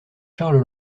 charles